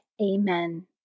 Amen